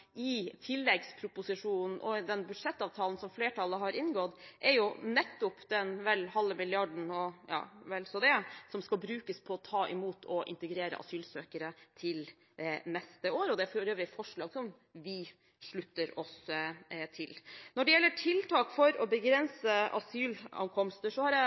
i tilleggsproposisjonen og i den budsjettavtalen som flertallet har inngått, er jo nettopp den vel halve milliarden som skal brukes på å ta imot og integrere asylsøkere til neste år. Det er for øvrig et forslag som vi slutter oss til. Når det gjelder tiltak for å begrense asylankomster, har jeg